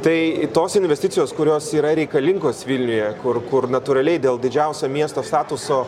tai tos investicijos kurios yra reikalingos vilniuje kur kur natūraliai dėl didžiausio miesto statuso